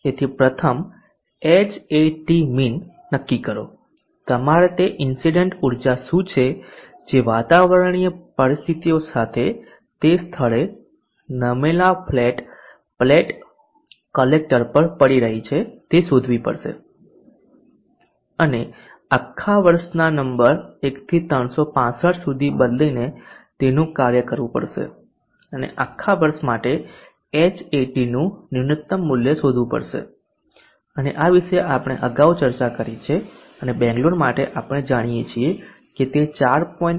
તેથી પ્રથમ Hatmin નક્કી કરો તમારે તે ઇન્સીડેન્ટ ઊર્જા શું છે જે વાતાવરણીય પરિસ્થિતિઓ સાથે તે સ્થળે નમેલા ફ્લેટ પ્લેટ કલેક્ટર પર પડી રહી છે તે શોધવી પડશે અને આખા વર્ષના નંબર 1 થી 365 સુધી બદલીને તેનું કાર્ય કરવું પડશે અને આખા વર્ષ માટે Hat નું ન્યુનત્તમ મૂલ્ય શોધવું પડશે અને આ વિશે આપણે અગાઉ ચર્ચા કરી છે અને બેંગ્લોર માટે આપણે જાણીએ છીએ કે તે 4